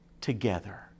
together